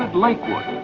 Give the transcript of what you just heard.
lakewood,